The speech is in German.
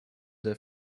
der